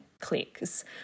clicks